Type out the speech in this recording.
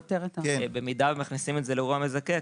במידה ומכניסים את זה לאירוע מזכה,